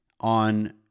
on